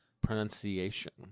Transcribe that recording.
pronunciation